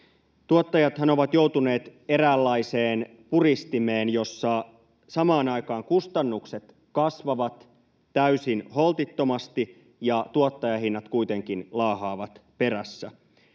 Tuottajathan ovat joutuneet eräänlaiseen puristimeen, jossa samaan aikaan kustannukset kasvavat täysin holtittomasti ja tuottajahinnat kuitenkin laahaavat perässä.